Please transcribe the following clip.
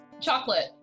Chocolate